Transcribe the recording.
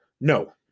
No